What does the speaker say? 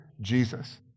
Jesus